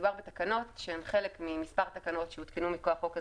מדובר בתקנות שהן חלק ממספר תקנות שהותקנו מכוח חוק הזרעים.